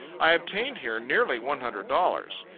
i obtained here nearly one hundred dollars.